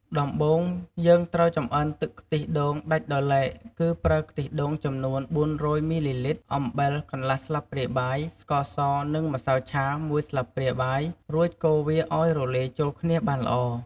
ដំបូងយើងត្រូវចម្អិនទឹកខ្ទិះដូងដាច់ដោយឡែកគឺ ប្រើខ្ទិះដូងចំនួន ៤០០មីលីលីត្រ អំបិល កន្លះស្លាបព្រាបាយ ស្ករស និង ម្សៅឆា មួយស្លាបព្រាបាយ រួចកូរវាឲ្យរលាយចូលគ្នាបានល្អ។